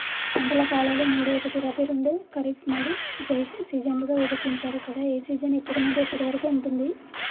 పంటల కాలాలు మూడు ఒకటి రబీ రెండు ఖరీఫ్ మూడు జైద్ సీజన్లుగా విభజించారు కదా ఏ సీజన్ ఎప్పటి నుండి ఎప్పటి వరకు ఉంటుంది?